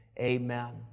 amen